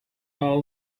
all